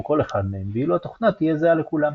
כל אחד מהם ואילו התוכנה תהיה זהה לכולם.